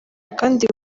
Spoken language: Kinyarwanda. kandi